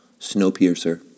Snowpiercer